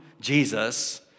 Jesus